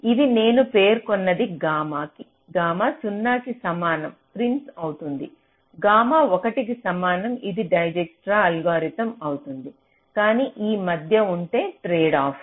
ఇది నేను పేర్కొన్నది గామా 0 కి సమానం ప్రిమ్స్ అవుతుంది గామా 1 కి సమానం ఇది డైజ్క్స్ట్రా అల్గోరిథం అవుతుంది కానీ ఈ మధ్య ఉంటే అది ట్రేడ్ఆఫ్